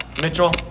Mitchell